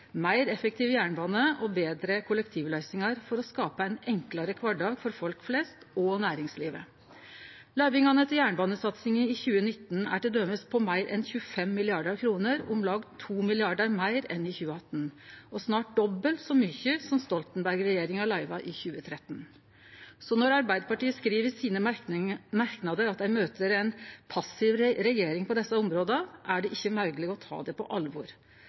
meir effektiv jernbane og betre kollektivløysingar for å skape ein enklare kvardag for folk flest og næringslivet. Løyvingane til jernbanesatsinga i 2019 er t.d. på meir enn 25 mrd. kr. Det er om lag 2 mrd. kr meir enn i 2018 – og snart dobbelt så mykje som det Stoltenberg-regjeringa løyva i 2013. Så når Arbeiderpartiet skriv i sine merknader at dei møter ei «passiv regjering» på desse områda, er det ikkje mogleg å ta dei på alvor.